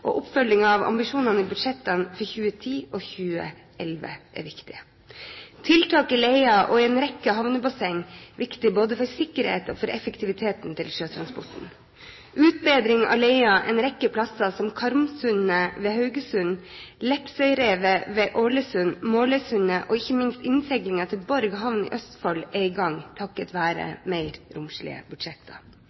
og oppfølging av ambisjonene i budsjettene for 2010 og 2011 er viktig. Tiltak i leia og i en rekke havnebasseng er viktig for både sikkerheten og effektiviteten til sjøtransporten. Utbedring av leia en rekke plasser som Karmsundet ved Haugesund, Lepsøyrevet ved Ålesund, Måløysundet og ikke minst innseilingen til Borg havn i Østfold er i gang takket være mer romslige